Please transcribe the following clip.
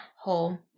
home